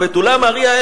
הבתולה מריה,